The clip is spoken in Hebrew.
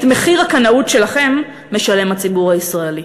את מחיר הקנאות שלכם משלם הציבור הישראלי.